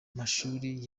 mashuri